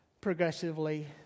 progressively